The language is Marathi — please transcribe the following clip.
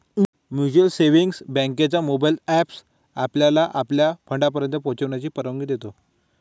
म्युच्युअल सेव्हिंग्ज बँकेचा मोबाइल एप आपल्याला आपल्या फंडापर्यंत पोहोचण्याची परवानगी देतो